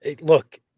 look